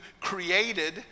created